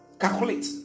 Calculate